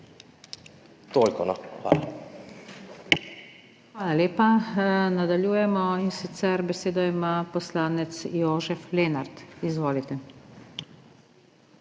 NATAŠA SUKIČ:** Hvala lepa. Nadaljujemo, in sicer besedo ima poslanec Jožef Lenart. Izvolite.